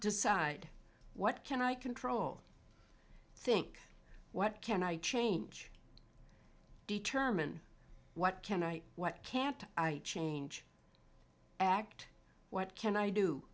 decide what can i control think what can i change determine what can i what can i change act what can i do